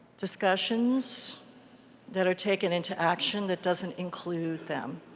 discussions that are taken into action that doesn't include them.